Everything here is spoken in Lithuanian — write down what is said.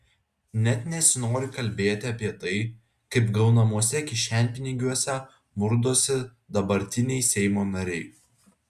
net nesinori kalbėti apie tai kaip gaunamuose kišenpinigiuose murdosi dabartiniai seimo nariai